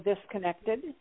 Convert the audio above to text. disconnected